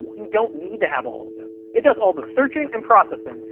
you don't need to have all of them. it does all the searching, and processing,